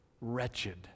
wretched